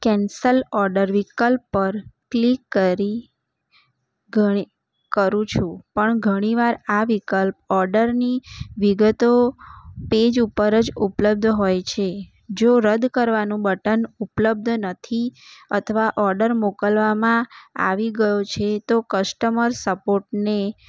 cancel order વિકલ્પ પર click કરી કરું છું પણ ઘણી વાર આ વિકલ્પ ઓડરની વિગતો પેજ ઉપર જ ઉપલબ્ધ હોય છે જો રદ્દ કરવાનું બટન ઉપલબ્ધ નથી અથવા ઓડર મોકલવામાં આવી ગયો છે તો કસ્ટમર સપોટને